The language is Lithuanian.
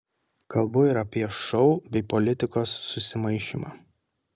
kalbu ir apie šou bei politikos susimaišymą